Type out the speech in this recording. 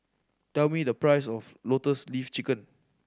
tell me the price of Lotus Leaf Chicken